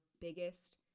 biggest